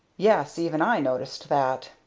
yes even i noticed that,